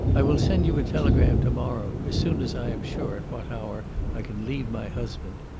i will send you a telegram to-morrow, as soon as i am sure at what hour i can leave my husband.